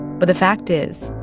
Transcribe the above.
but the fact is,